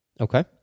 Okay